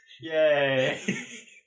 Yay